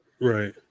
Right